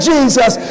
Jesus